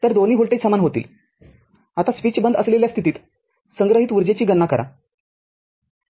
तरदोन्ही voltage समान होतील आता स्विच बंद असलेल्या स्थितीत संग्रहित ऊर्जेची गणना करा